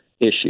issue